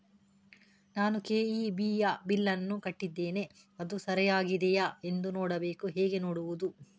ನಾನು ಕೆ.ಇ.ಬಿ ಯ ಬಿಲ್ಲನ್ನು ಕಟ್ಟಿದ್ದೇನೆ, ಅದು ಸರಿಯಾಗಿದೆಯಾ ಎಂದು ನೋಡಬೇಕು ಹೇಗೆ ನೋಡುವುದು?